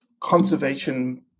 conservation